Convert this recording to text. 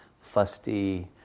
fusty